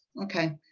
okay.